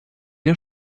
der